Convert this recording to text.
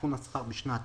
עדכון השכר בשנת